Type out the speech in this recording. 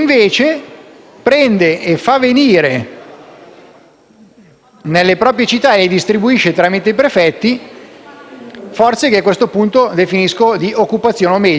nelle proprie città, distribuendole tramite i prefetti, forze che a questo punto definisco di occupazione, o meglio, di sostituzione etnica: gli stranieri clandestini.